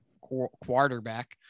quarterback